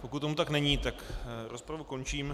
Pokud tomu tak není, tak rozpravu končím.